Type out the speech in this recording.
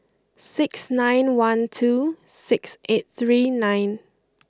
six nine one two six eight three nine